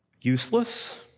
useless